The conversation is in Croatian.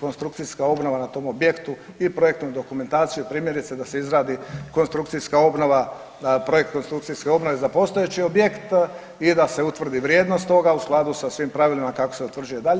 konstrukcijska obnova na tom objektu i projektnu dokumentaciju primjerice da se izradi konstrukcijska obnova, projekt konstrukcijske obnove za postojeći objekt i da se utvrdi vrijednost u skladu sa svim pravilima kako se utvrđuje dalje.